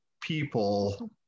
people